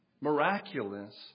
miraculous